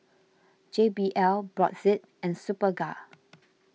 J B L Brotzeit and Superga